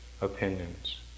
opinions